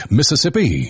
Mississippi